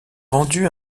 vendues